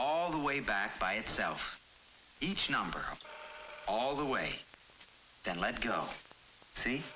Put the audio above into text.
all the way back by itself each number all the way down let's go see